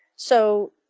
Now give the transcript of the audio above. so